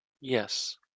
Yes